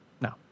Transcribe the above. No